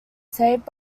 saved